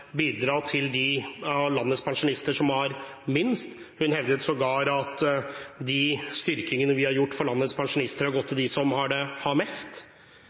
til de av landets pensjonister som har minst. Hun hevdet sågar at de styrkingene vi har gjort for landets pensjonister, har gått til dem som har mest. Jeg er helt uenig i at det